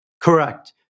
Correct